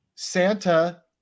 Santa